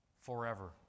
forever